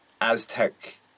Aztec